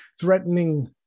threatening